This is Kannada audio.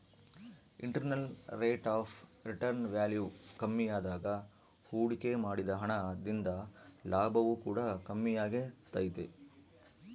internal rate of return value ಕಮ್ಮಿಯಾದಾಗ ಹೂಡಿಕೆ ಮಾಡಿದ ಹಣ ದಿಂದ ಲಾಭವು ಕೂಡ ಕಮ್ಮಿಯಾಗೆ ತೈತೆ